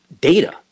data